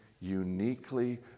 uniquely